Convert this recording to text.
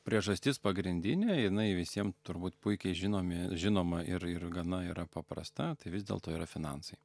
priežastis pagrindinė jinai visiem turbūt puikiai žinomi žinoma ir ir gana yra paprasta tai vis dėlto yra finansai